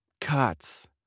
cuts